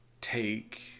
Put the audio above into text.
take